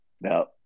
Now